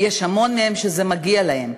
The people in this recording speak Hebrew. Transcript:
ויש המון מהם שזה מגיע להם.